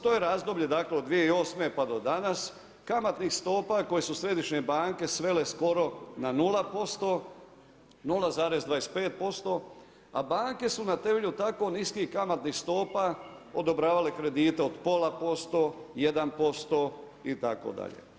To je razdoblje dakle od 2008. pa do danas, kamatnih stopa koje su središnje banke svele skoro na 0%, 0,25% a banke su na temelju tako niskih kamatnih stopa odobravale kredite od 0,5%, 1% itd.